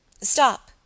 Stop